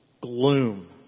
gloom